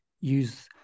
use